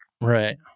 Right